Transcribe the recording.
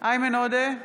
איימן עודה,